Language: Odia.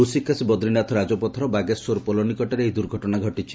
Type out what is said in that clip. ଋଷିକେଶ ବଦ୍ରିନାଥ ରାଜପଥର ବାଗେଶ୍ୱର ପୋଲ ନିକଟରେ ଏହି ଦୁର୍ଘଟଣା ଘଟିଛି